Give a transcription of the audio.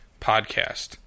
podcast